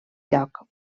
lloc